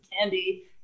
candy